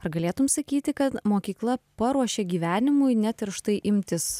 ar galėtum sakyti kad mokykla paruošė gyvenimui net ir štai imtis